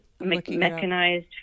mechanized